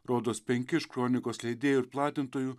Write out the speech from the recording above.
rodos penki iš kronikos leidėjų ir platintojų